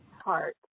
heart